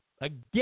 Again